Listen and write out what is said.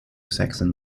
saxon